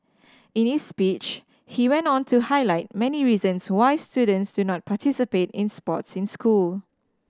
in speech he went on to highlight many reasons why students do not participate in sports in school